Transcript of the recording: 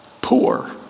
poor